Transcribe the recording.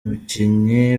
umukinnyi